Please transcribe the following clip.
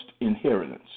inheritance